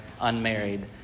unmarried